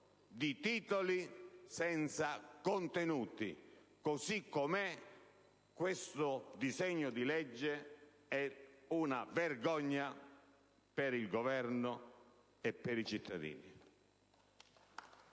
di titoli senza contenuti. Pertanto, così com'è, questo disegno di legge è una vergogna per il Governo e per i cittadini.